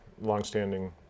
longstanding